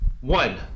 One